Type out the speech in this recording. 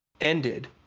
ended